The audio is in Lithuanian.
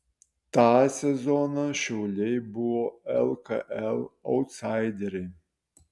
tą sezoną šiauliai buvo lkl autsaideriai